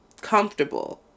comfortable